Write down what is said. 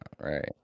right